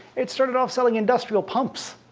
it started off selling industrial pumps.